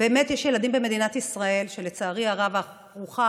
באמת יש ילדים במדינת ישראל שלצערי הרב הארוחה